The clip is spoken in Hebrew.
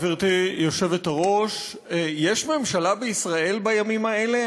גברתי היושבת-ראש, יש ממשלה בישראל בימים האלה?